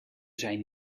zijn